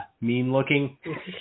mean-looking